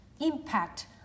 impact